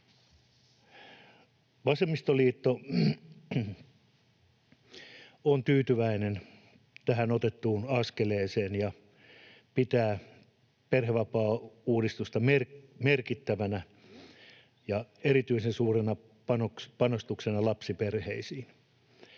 Vasemmistoliitto on tyytyväinen tähän otettuun askeleeseen ja pitää perhevapaauudistusta merkittävänä ja erityisen suurena panostuksena lapsiperheisiin.